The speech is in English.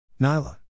Nyla